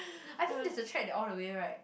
I think there's a track all the way right